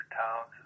towns